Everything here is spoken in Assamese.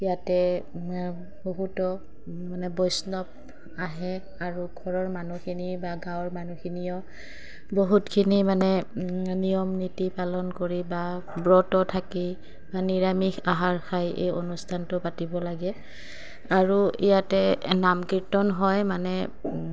ইয়াতে বহুতো মানে বৈষ্ণৱ আহে আৰু ঘৰৰ মানুহখিনি বা গাঁৱৰ মানুহখিনিও বহুতখিনি মানে নিয়ম নীতি পালন কৰি বা ব্ৰতত থাকি বা নিৰামিষ আহাৰ খাই এই অনুষ্ঠানটো পাতিব লাগে আৰু ইয়াতে নাম কীৰ্তন হয় মানে